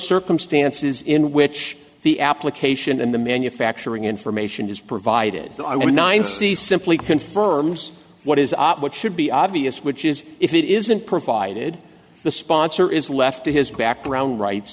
circumstances in which the application and the manufacturing information is provided i would nine c simply confirms what is what should be obvious which is if it isn't provided the sponsor is left to his background rights